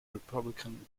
republican